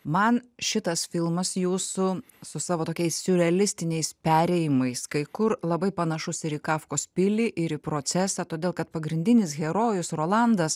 man šitas filmas jūsų su savo tokiais siurrealistiniais perėjimais kai kur labai panašus ir į kafkos pilį ir į procesą todėl kad pagrindinis herojus rolandas